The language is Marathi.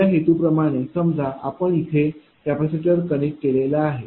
आपल्या हेतू प्रमाणे समजा आपण इथे कॅपेसिटर कनेक्ट केलेला आहे